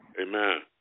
Amen